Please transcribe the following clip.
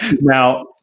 now